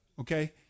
okay